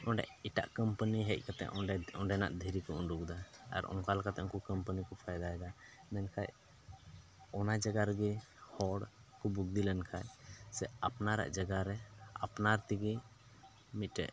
ᱚᱸᱰᱮ ᱮᱴᱟᱜ ᱠᱳᱢᱯᱟᱹᱱᱤ ᱦᱮᱡ ᱠᱟᱛᱮᱫ ᱚᱸᱰᱮ ᱚᱸᱰᱮᱱᱟᱜ ᱫᱷᱤᱨᱤ ᱠᱚ ᱩᱰᱩᱠᱫᱟ ᱟᱨ ᱚᱱᱠᱟ ᱞᱮᱠᱟᱛᱮ ᱩᱱᱠᱩ ᱠᱳᱢᱯᱟᱹᱱᱤ ᱠᱚ ᱯᱷᱟᱭᱫᱟ ᱫᱟ ᱢᱮᱱᱠᱷᱟᱡ ᱚᱱᱟ ᱡᱟᱭᱜᱟ ᱨᱮᱜᱮ ᱦᱚᱲ ᱠᱚ ᱵᱩᱫᱷᱤ ᱞᱮᱱᱠᱷᱟᱡ ᱥᱮ ᱟᱯᱱᱟᱨᱟᱜ ᱡᱟᱭᱜᱟ ᱨᱮ ᱟᱯᱱᱟᱨ ᱛᱮᱜᱮ ᱢᱤᱫᱴᱮᱡ